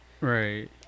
right